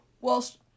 whilst